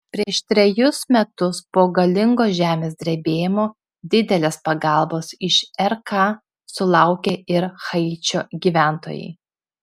prieš trejus metus po galingo žemės drebėjimo didelės pagalbos iš rk sulaukė ir haičio gyventojai